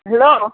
hello